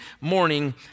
morning